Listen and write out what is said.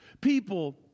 People